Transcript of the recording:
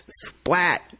splat